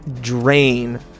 drain